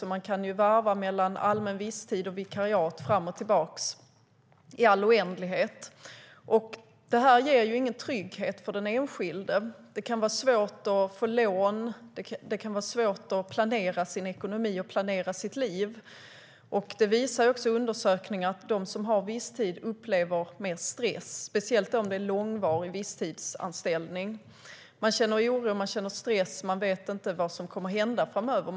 Det går att varva mellan allmän visstid och vikariat fram och tillbaka i all oändlighet. Det ger ingen trygghet för den enskilde, och det kan vara svårt att få lån. Det kan vara svårt att planera sin ekonomi och planera sitt liv. Undersökningar visar också att de som har visstidsanställningar upplever mer stress, speciellt de med långvarig visstidsanställning. Man känner oro och stress och vet inte vad som kommer att hända framöver.